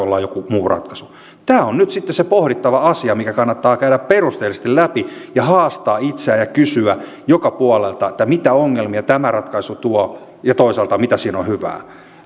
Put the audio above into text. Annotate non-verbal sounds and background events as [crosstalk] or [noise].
[unintelligible] olla jokin muu ratkaisu tämä on nyt sitten se pohdittava asia mikä kannattaa käydä perusteellisesti läpi ja haastaa itseään ja kysyä joka puolelta mitä ongelmia tämä ratkaisu tuo ja toisaalta mitä siinä on hyvää